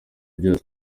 byose